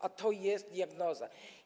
A to jest diagnoza.